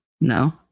No